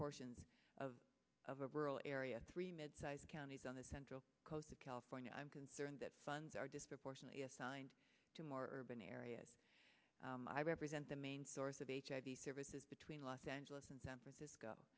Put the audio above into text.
portions of of a rural area three mid sized counties on the central coast of california i'm concerned that funds are disproportionately assigned to more urban areas i represent the main source of hiv services between los angeles and san francisco